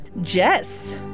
Jess